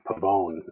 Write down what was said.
Pavone